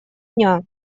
дня